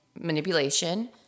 manipulation